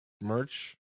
merch